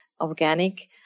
organic